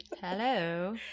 hello